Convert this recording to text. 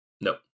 Nope